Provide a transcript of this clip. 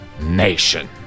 NATION